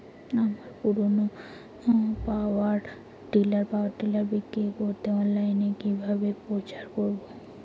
আমার পুরনো power tiller বিক্রি করাতে অনলাইনে কিভাবে প্রচার করব?